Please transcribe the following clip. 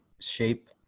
shape